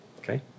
okay